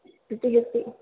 छुट्टी कीती